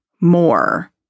more